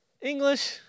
English